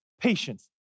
patience